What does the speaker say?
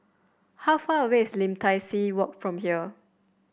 how far away is Lim Tai See Walk from here